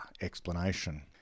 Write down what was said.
explanation